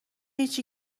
هیچی